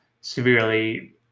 severely